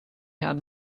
had